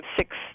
six